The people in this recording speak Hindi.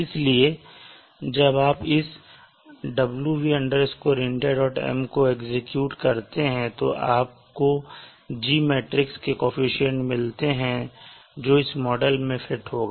इसलिए जब आप इस wv indiam को एक्सक्यूट करते हैंतो आपको G मैट्रिक्स के कोअफिशन्ट मिलते हैं जो इस मॉडल में फिट होगा